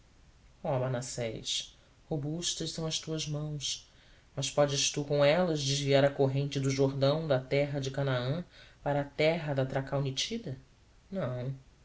ó manassés robustas são as tuas mãos mas podes tu com elas desviar a corrente do jordão da terra de canaã para a terra da tracaunítida não